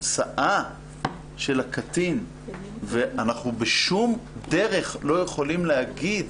התוצאה של הקטין ואנחנו בשום דרך לא יכולים להגיד